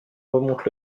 remonte